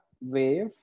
Wave